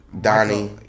Donnie